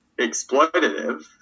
exploitative